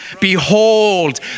behold